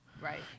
Right